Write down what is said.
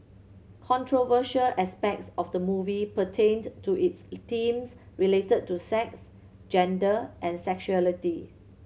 controversial aspects of the movie pertained to its themes related to sex gender and sexuality